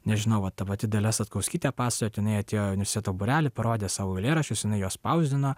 nežinau vat ta pati dalia satkauskytė pasakojo kad jinai atėjo į universiteto būrelį parodė savo eilėraščius jinai juos spausdino